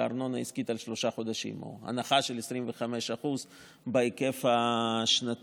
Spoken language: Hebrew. ארנונה עסקית לשלושה חודשים או הנחה של 25% בהיקף השנתי.